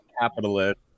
capitalist